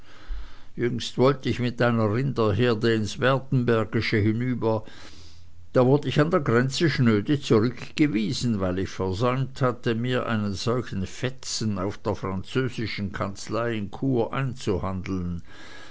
jüngst wollt ich mit einer rinderherde ins werdenbergische hinüber da wurd ich an der grenze schnöde zurückgewiesen weil ich versäumt hatte mir einen solchen fetzen auf der französischen kanzlei in chur